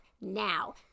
Now